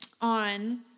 on